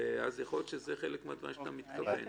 ויכול להיות שזה חלק מהדברים שאתה מתכוון אליהם.